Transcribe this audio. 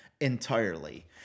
entirely